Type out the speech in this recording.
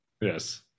Yes